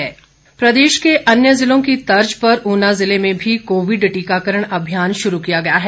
vaccine प्रदेश के अन्य ज़िलों की तर्ज़ पर ऊना ज़िले में भी कोविड टीकाकरण अभियान शुरू किया गया है